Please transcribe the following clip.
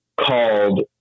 called